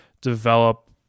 develop